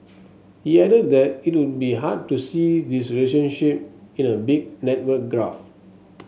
he added that it would be hard to see this relationship in a big network graph